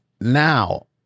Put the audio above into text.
Now